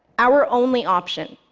our only option,